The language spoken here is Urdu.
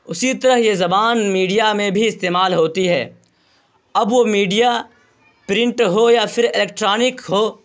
اسی طرح یہ زبان میڈیا میں بھی استعمال ہوتی ہے اب وہ میڈیا پرنٹ ہو یا پھر ایکٹرانک ہو